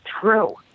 true